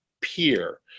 peer